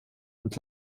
und